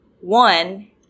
one